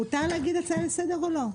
מותר להגיד הצעה לסדר או לא?